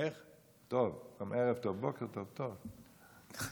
ערב טוב, בוקר טוב, טוב.